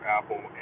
Apple